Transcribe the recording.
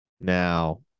now